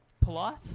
polite